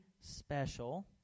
special